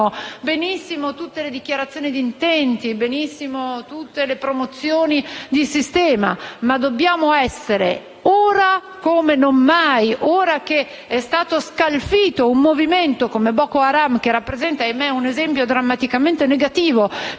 benissimo le dichiarazioni di intenti, le promozioni di sistema, ma ora come non mai, ora che è stato scalfito un movimento come Boko Haram, che rappresenta un esempio drammaticamente negativo